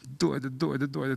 duodi duodi duodi